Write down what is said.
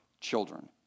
children